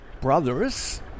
brothers